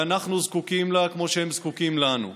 ואנחנו זקוקים להן כמו שהן זקוקות לנו.